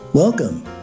Welcome